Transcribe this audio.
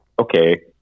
okay